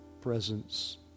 presence